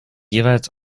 jeweils